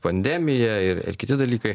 pandemija ir ir kiti dalykai